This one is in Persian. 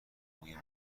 موی